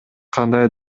кандай